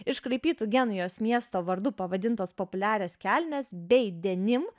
iškraipytu genujos miesto vardu pavadintos populiarios kelnės bei denim